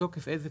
1